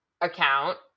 account